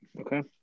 Okay